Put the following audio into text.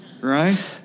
right